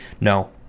no